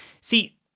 See